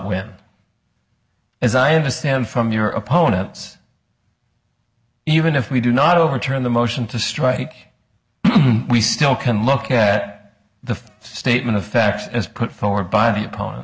win as i understand from your opponents even if we do not overturn the motion to strike we still can look at the statement of fact as put forward by the opponent